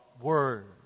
word